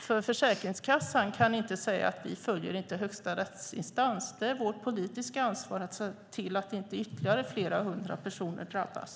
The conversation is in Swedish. För Försäkringskassan kan inte säga: Vi följer inte högsta rättsinstans. Det är vårt politiska ansvar att se till att inte ytterligare flera hundra personer drabbas.